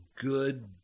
Good